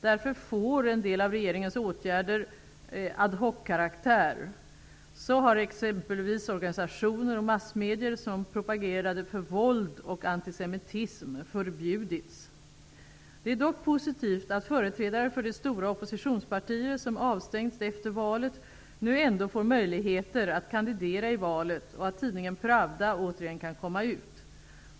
Därför får en del av regeringens åtgärder ad hoc-karaktär. Så har exempelvis organisationer och massmedier som propagerade för våld och antisemitism förbjudits. Det är dock positivt att företrädare för de stora oppositionspartier som avstängdes efter valet nu ändå får möjligheter att kandidera i valet och att tidningen Pravda återigen kan komma ut.